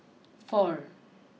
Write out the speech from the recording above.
four